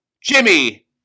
Jimmy